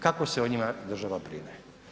Kako se o njima država brine?